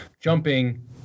jumping